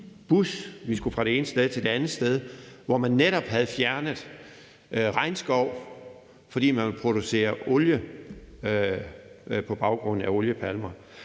vi skulle fra det ene sted til det andet sted – og netop kunne se, hvordan man havde fjernet regnskov, fordi man ville producere olie fra oliepalmer.